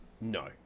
No